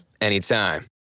anytime